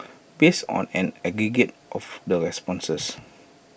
based on an aggregate of the responses